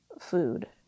food